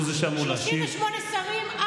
יש כאן שר ביטחון,